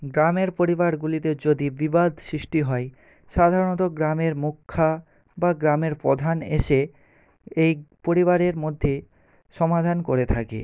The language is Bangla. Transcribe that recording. গ্রামের পরিবারগুলিতে যদি বিবাদ সৃষ্টি হয় সাধারণত গ্রামের মুখ্যা বা গ্রামের প্রধান এসে এই পরিবারের মধ্যে সমাধান করে থাকে